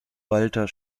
walter